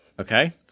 okay